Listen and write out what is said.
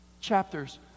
chapters